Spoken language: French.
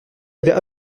avait